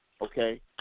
Okay